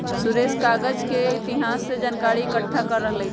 सुरेश कागज के इतिहास के जनकारी एकट्ठा कर रहलई ह